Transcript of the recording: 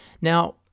Now